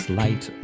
light